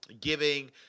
giving